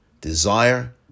desire